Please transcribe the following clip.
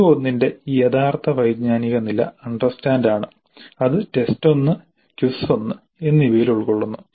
CO1 ന്റെ യഥാർത്ഥ വൈജ്ഞാനിക നില "അണ്ടർസ്റ്റാൻഡ്" ആണ് അത് ടെസ്റ്റ് 1 ക്വിസ് 1 എന്നിവയിൽ ഉൾക്കൊള്ളുന്നു